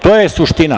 To je suština.